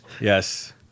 Yes